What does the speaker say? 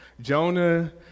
Jonah